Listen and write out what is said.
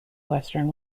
western